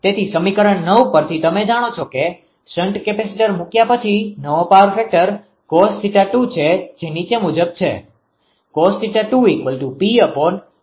તેથી સમીકરણ પરથી તમે જાણો છો કે શન્ટ કેપેસિટર મૂક્યા પછી નવો પાવર ફેક્ટર cos𝜃2 છે જે નીચે મુજબ છે